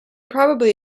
probably